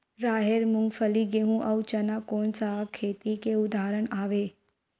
राहेर, मूंगफली, गेहूं, अउ चना कोन सा खेती के उदाहरण आवे?